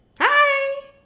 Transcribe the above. Hi